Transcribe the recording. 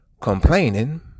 complaining